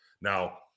Now